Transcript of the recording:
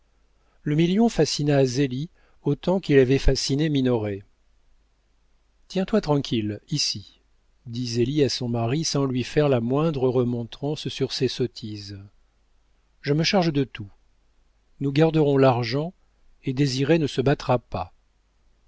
le million fascina zélie tout autant qu'il avait fasciné minoret tiens-toi tranquille ici dit zélie à son mari sans lui faire la moindre remontrance sur ses sottises je me charge de tout nous garderons l'argent et désiré ne se battra pas